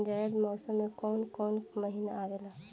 जायद मौसम में कौन कउन कउन महीना आवेला?